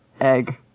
egg